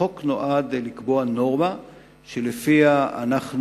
החוק נועד לקבוע נורמה שלפיה אנחנו